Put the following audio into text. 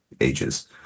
ages